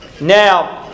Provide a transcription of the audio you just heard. Now